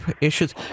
issues